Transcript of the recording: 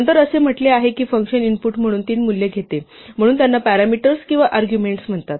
नंतर असे म्हटले आहे की हे फंक्शन इनपुट म्हणून तीन मूल्ये घेते म्हणून त्यांना पॅरामीटर्स किंवा आर्ग्युमेंट्स म्हणतात